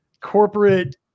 corporate